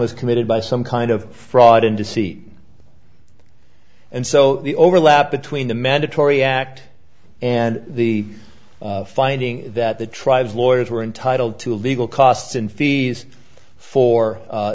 was committed by some kind of fraud and deceit and so the overlap between the mandatory act and the finding that the tribes lawyers were entitled to legal costs and fees for